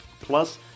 Plus